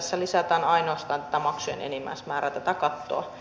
tässä lisätään ainoastaan tätä maksujen enimmäismäärää tätä kattoa